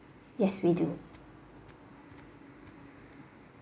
yes we do